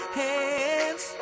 hands